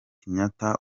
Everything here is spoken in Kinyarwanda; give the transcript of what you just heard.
kenyatta